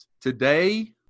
Today